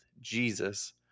Jesus